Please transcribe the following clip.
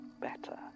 better